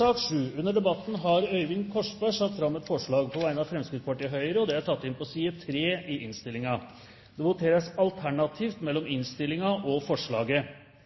Under debatten har Øyvind Korsberg satt fram et forslag på vegne av Fremskrittspartiet og Høyre. Forslaget lyder: «Stortinget ber regjeringen fremme forslag om regulering av NRKs adgang til reklameinntekter.» Det voteres alternativt mellom dette forslaget og